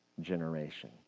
generation